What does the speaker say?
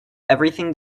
everything